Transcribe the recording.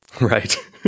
Right